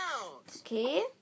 Okay